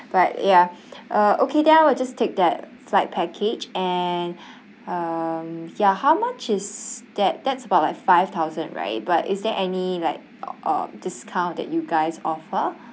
but ya uh okay then I will just take that flight package and um ya how much is that that's about like five thousand right but is there any like um discount that you guys offer